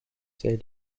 celle